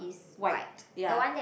white ya